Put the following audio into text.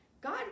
God